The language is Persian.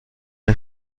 این